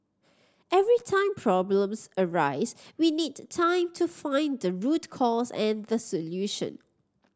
every time problems arise we need time to find the root cause and the solution